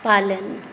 पालन